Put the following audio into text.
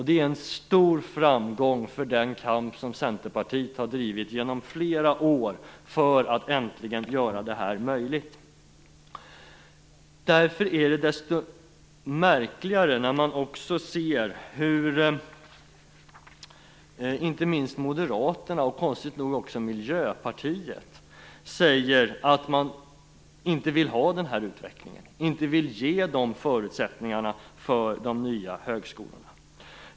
Det är en stor framgång för den kamp som vi i Centerpartiet under flera år har drivit för att till sist möjliggöra detta. Därför är det desto märkligare när man ser hur inte minst Moderaterna, och konstigt nog också Miljöpartiet, säger att man inte vill ha den här utvecklingen, inte vill ge de nya högskolorna de här förutsättningarna.